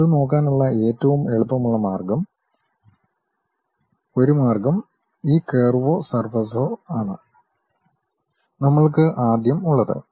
അത് നോക്കാനുള്ള ഏറ്റവും എളുപ്പമാർഗ്ഗം ഒരു മാർഗ്ഗം ഈ കർവ്വോ സർഫസോ ആണ് നമ്മൾക്ക് ആദ്യം ഉള്ളത്